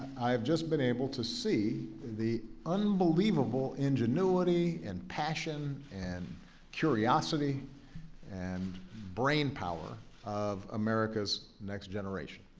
i've just been able to see the unbelievable ingenuity and passion and curiosity and brain power of america's next generation,